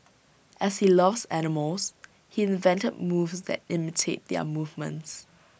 as he loves animals he invented moves that imitate their movements